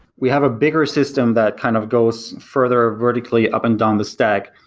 we have a bigger system that kind of goes further vertically up and down the stack,